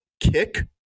kick